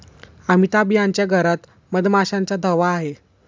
अमिताभ यांच्या घरात मधमाशांचा थवा आहे